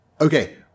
Okay